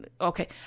okay